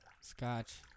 scotch